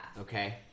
Okay